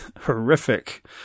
horrific